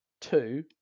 Two